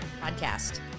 Podcast